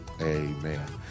amen